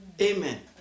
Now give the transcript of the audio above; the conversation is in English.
Amen